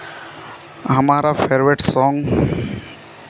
हमारा favourite song